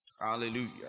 Hallelujah